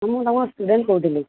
ମୁଁ ତୁମ ଷ୍ଟୁଡେଣ୍ଟ୍ କହୁଥିଲି